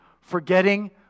Forgetting